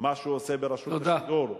מה שהוא עושה ברשות השידור, תודה.